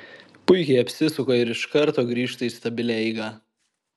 puikiai apsisuka ir iš karto grįžta į stabilią eigą